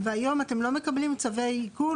והיום אתם לא מקבלים צווי עיקול,